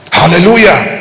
hallelujah